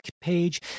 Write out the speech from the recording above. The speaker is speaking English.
page